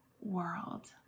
world